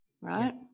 right